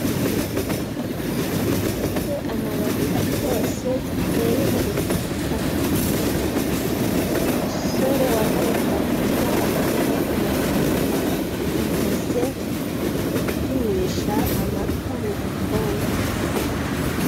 Igiti gifite amababi atoshye giteye mu butaka, Umusore wambaye ikabutura agapira k'umukara, ahagaze apimisha amata mu gikombe.